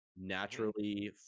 naturally